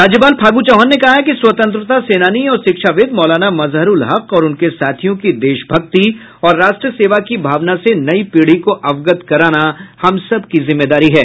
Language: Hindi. राज्यपाल फागू चौहान ने कहा है कि स्वतंत्रता सेनानी और शिक्षाविद मौलाना मजहरूल हक और उनके साथियों की देशभक्ति और राष्ट्र सेवा की भावना से नई पीढ़ी को अवगत कराना हम सब की जिम्मेदारी है